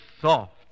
soft